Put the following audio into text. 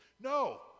No